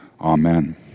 Amen